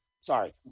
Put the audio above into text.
Sorry